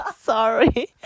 Sorry